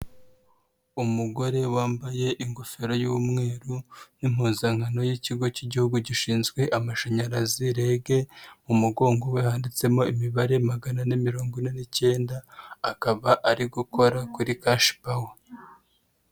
Umugore wambaye ingofero y'umweru n'impuzankano y'Ikigo cy'Igihugu gishinzwe amashanyarazi REG, umugongo we yanditsemo imibare magana mirongo ine n'icyenda, akaba ari gukora kuri cash Pawer.